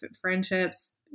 friendships